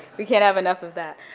we can't have enough of that.